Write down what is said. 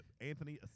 Anthony